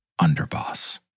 Underboss